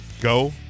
go